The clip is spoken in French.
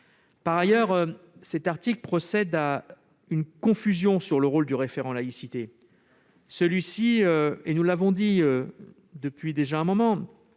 Par ailleurs, cet article procède à une confusion sur le rôle du référent laïcité. Nous l'avons dit depuis un certain